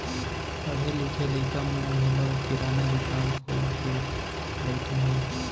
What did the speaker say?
पढ़े लिखे लइका मन घलौ किराना दुकान खोल के बइठे हें